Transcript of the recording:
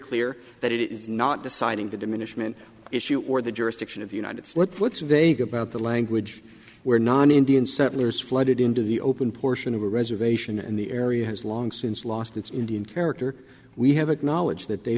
clear that it it is not deciding to diminishment issue or the jurisdiction of the united slip puts vague about the language where non indian settlers flooded into the open portion of a reservation and the area has long since lost its indian character we have acknowledged that they